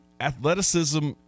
athleticism